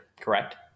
correct